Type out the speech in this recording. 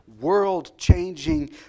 world-changing